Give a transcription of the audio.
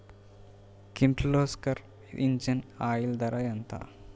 Kirloskar engine oil ధర ఎంత?